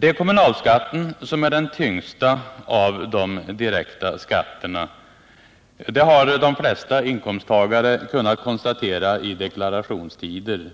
Det är kommunalskatten som är den tyngsta av de direkta skatterna. Det har de flesta inkomsttagare kunnat konstatera i deklarationstider.